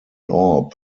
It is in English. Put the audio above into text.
orb